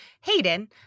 Hayden